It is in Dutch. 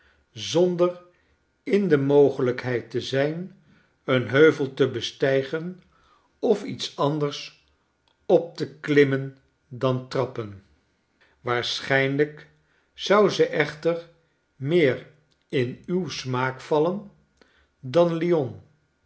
zonder in de mogelijkheid te zijn een heuvel te bestijgen of iets anders op te klimmen dan trappen waarschijnlijk zou ze echter meer in uw smaak vallen dan lyon